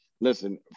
Listen